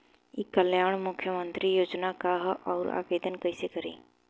ई कल्याण मुख्यमंत्री योजना का है और आवेदन कईसे करी?